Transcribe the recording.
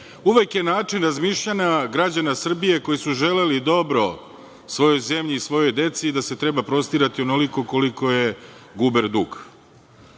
Uvek je način razmišljanja građana Srbije koji su želeli dobro svojoj zemlji i svojoj deci da se treba prostirati onoliko koliko je guber dug.